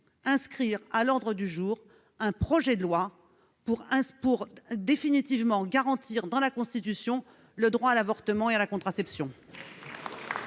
inscrire à l'ordre du jour un projet de loi constitutionnelle pour définitivement garantir dans la Constitution le droit à l'avortement et à la contraception